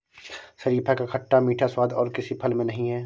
शरीफा का खट्टा मीठा स्वाद और किसी फल में नही है